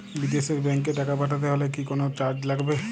বিদেশের ব্যাংক এ টাকা পাঠাতে হলে কি কোনো চার্জ লাগবে?